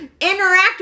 Interact